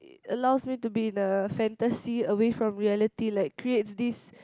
it allows me to be in a fantasy away from reality like creates this